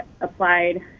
applied